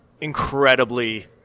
incredibly